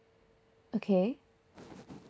okay